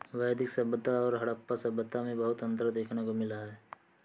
वैदिक सभ्यता और हड़प्पा सभ्यता में बहुत अन्तर देखने को मिला है